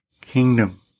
kingdom